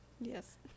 Yes